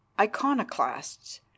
iconoclasts